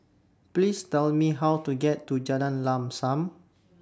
Please Tell Me How to get to Jalan Lam SAM